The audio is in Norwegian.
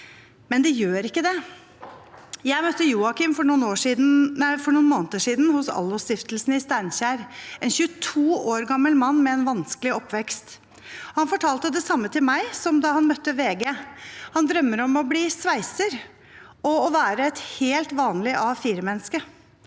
Men det gjør ikke det. Jeg møtte Joakim for noen måneder siden hos Allos Stiftelsen i Steinkjer – en 22 år gammel mann med en vanskelig oppvekst. Han fortalte det samme til meg som da han møtte VG: Han drømmer om å bli sveiser og om å være et helt vanlig A4-menneske.